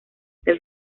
del